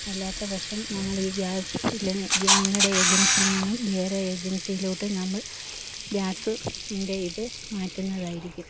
അല്ലാത്തപക്ഷം ഞങ്ങൾ ഈ ഗ്യാസ് സിലിണ്ടർ നിങ്ങളുടെ ഏജൻസിയിൽ നിന്നും വേറെ ഏജൻസിയിലോട്ട് നമ്മൾ ഗ്യാസിൻ്റെ ഇത് മാറ്റുന്നതായിരിക്കും